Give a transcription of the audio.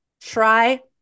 Try